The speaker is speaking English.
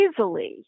easily